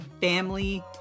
family